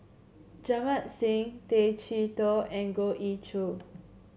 Jamit Singh Tay Chee Toh and Goh Ee Choo